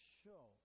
show